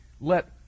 Let